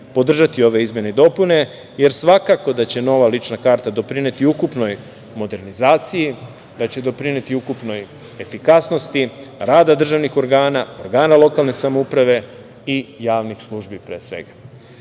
podržati ove izmene i dopune, jer svakako da će nova lična karta doprineti ukupnoj modernizaciji, da će doprineti ukupnoj efikasnosti rada državnih organa, organa lokalne samouprave i javnih službi, pre svega. Kada